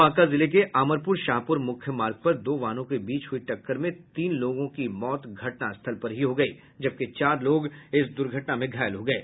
बांका जिला के अमरपुर शाहपुर मुख्य मार्ग पर दो वाहनों के बीच हुई टक्कर में तीन लोगों की मौत घटना स्थल पर ही हो गयी जबकि चार लोग घायल हो गये